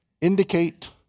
Indicate